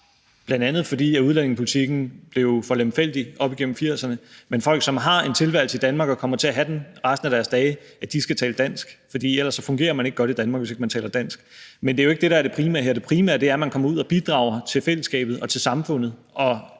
bl.a. fordi udlændingepolitikken blev for lemfældig op igennem 1980'erne – at folk, der har en tilværelse i Danmark og kommer til at have den resten af deres dage, skal tale dansk; for man fungerer ikke godt i Danmark, hvis ikke man taler dansk. Men det er jo ikke det, der er det primære her. Det er primære er, at man kommer ud og bidrager til fællesskabet og til samfundet